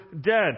dead